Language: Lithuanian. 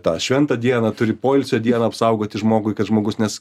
tą šventą dieną turi poilsio dieną apsaugoti žmogui kad žmogus nes